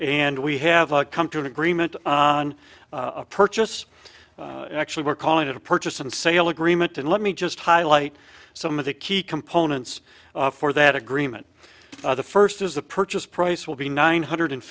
and we have come to an agreement on a purchase actually we're calling it a purchase and sale agreement and let me just highlight some of the key components for that agreement the first is the purchase price will be nine hundred